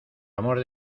amor